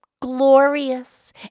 glorious